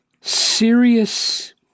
serious